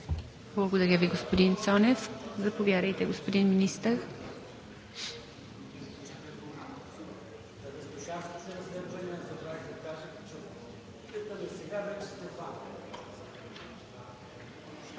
Благодаря Ви, господин Цонев. Заповядайте, господин Министър.